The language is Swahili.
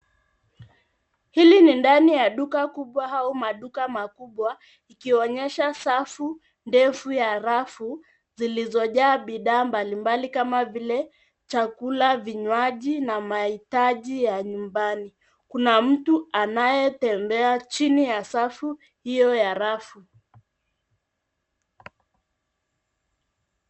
Hili ni ndani ya duka kubwa au maduka makubwa ikionyesha safu ndefu ya rafu ziliyojaa bidhaa mbalimbali kama vile chakula, vinywaji na maitaji ya nyumbani. Kuna mtu anayetembea chini ya safu hiyo ya rafu.